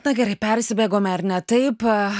na gerai persibėgome ar ne taip aha tų